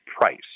price